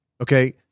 Okay